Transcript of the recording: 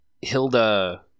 Hilda